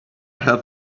had